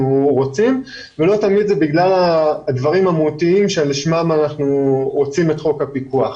רוצים ולא לתמיד זה בגלל הדברים המהותיים לשמם אנחנו רוצים את חוק הפיקוח.